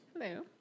Hello